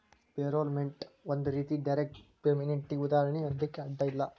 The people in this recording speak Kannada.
ಪೇರೊಲ್ಪೇಮೆನ್ಟ್ ಒಂದ್ ರೇತಿ ಡೈರೆಕ್ಟ್ ಪೇಮೆನ್ಟಿಗೆ ಉದಾಹರ್ಣಿ ಅನ್ಲಿಕ್ಕೆ ಅಡ್ಡ ಇಲ್ಲ